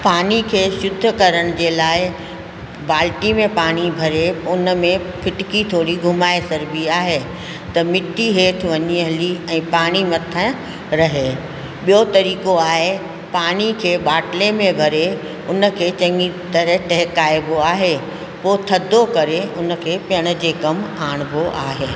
पाणीअ खे शुध्द करण जे लाइ बाल्टअ में पाणी भरे हुन में फिटिकी थोरी घुमाए छॾिबी आहे त मिटी हेठि वञी हले ऐं पाणी मथां रहे ॿियो तरीक़ो आहे पाणीअ खे ॿाटिले में भरे हुनखे चङी तरह टहिकाइबो आहे पोइ थधो करे हुनखे पीअण जे कमु आणिबो आहे